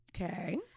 Okay